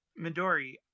Midori